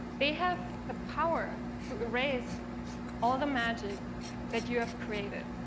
they have the power to erase all the magic that you have created.